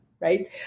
right